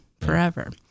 forever